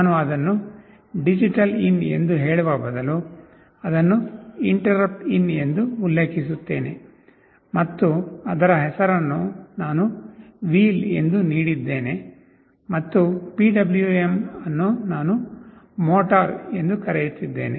ನಾನು ಅದನ್ನು digital in ಎಂದು ಹೇಳುವ ಬದಲು ಅದನ್ನು ಇಂಟರಪ್ಟ್ಇನ್ ಎಂದು ಉಲ್ಲೇಖಿಸುತ್ತೇನೆ ಮತ್ತು ಅದರ ಹೆಸರನ್ನು ನಾನು "ವೀಲ್" ಎಂದು ನೀಡಿದ್ದೇನೆ ಮತ್ತು ಪಿಡಬ್ಲ್ಯೂಎಂ ಅನ್ನು ನಾನು "ಮೋಟಾರ್" ಎಂದು ಕರೆಯುತ್ತಿದ್ದೇನೆ